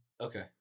Okay